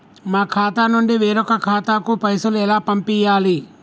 మా ఖాతా నుండి వేరొక ఖాతాకు పైసలు ఎలా పంపియ్యాలి?